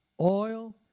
oil